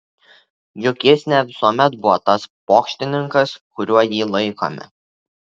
juk jis ne visuomet buvo tas pokštininkas kuriuo jį laikome